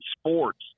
sports